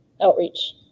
outreach